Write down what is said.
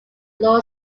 law